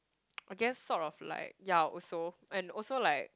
I guess sort of like ya also and also like